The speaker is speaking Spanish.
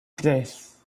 tres